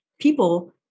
people